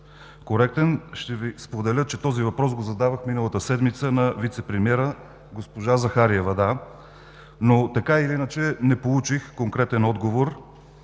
коректен, ще Ви споделя, че този въпрос го задавах миналата седмица на вицепремиера госпожа Захариева, но така или иначе не получих конкретен отговор.